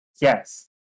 Yes